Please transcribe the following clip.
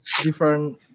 different